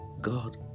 god